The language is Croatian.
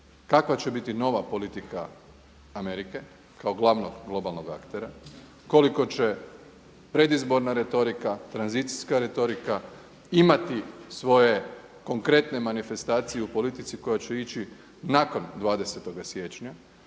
kakva će biti nova politika Amerike kao glavnog globalnog aktera, koliko će predizborna retorika, tranzicijska retorika imati svoje konkretne manifestacije u politici koja će ići nakon 20. siječnja